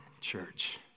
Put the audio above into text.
church